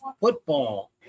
football